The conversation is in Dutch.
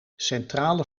centrale